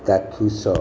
ଚାକ୍ଷୁଷ